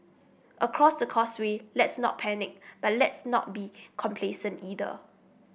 across the causeway let's not panic but let's not be complacent either